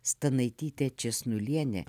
stanaitytė česnulienė